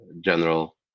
general